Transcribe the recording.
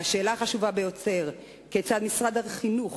והשאלה החשובה ביותר: כיצד משרד החינוך